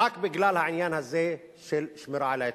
רק בגלל העניין הזה של שמירה על ההתנחלות.